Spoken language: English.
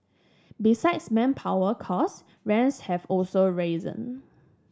besides manpower costs rents have also risen